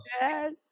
yes